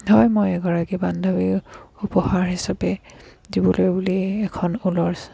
হয় মই এগৰাকী বান্ধৱীক উপহাৰ হিচাপে দিবলৈ বুলি এখন ঊলৰ